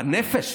בנפש